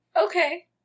Okay